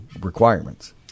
requirements